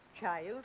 child